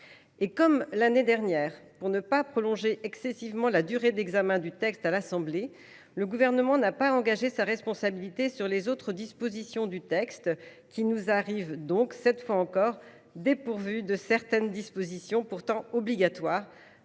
comme l’année dernière, pour ne pas prolonger excessivement la durée d’examen du texte à l’Assemblée nationale, le Gouvernement n’a pas engagé sa responsabilité sur les autres dispositions du texte. Celui ci nous arrive donc, cette fois encore, en étant dépourvu de certaines dispositions pourtant obligatoires,